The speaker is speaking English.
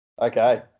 Okay